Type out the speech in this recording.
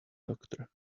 doctor